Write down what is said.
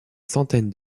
centaine